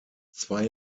zwei